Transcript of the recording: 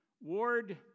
Ward